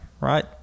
right